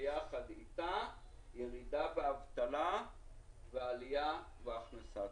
ביחד אתה ירידה באבטלה ועלייה בהכנסה.